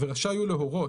ורשאי הוא להורות,